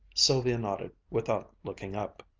sylvia nodded without looking up.